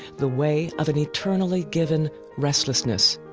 the way of an eternally given restlessness,